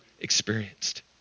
experienced